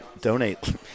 Donate